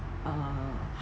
uh